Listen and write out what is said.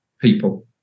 people